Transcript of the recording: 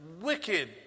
wicked